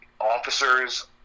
Officers